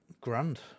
Grand